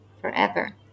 forever